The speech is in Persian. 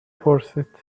پرسید